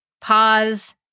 pause